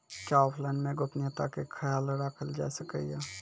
क्या ऑनलाइन मे गोपनियता के खयाल राखल जाय सकै ये?